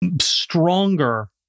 stronger